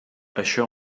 això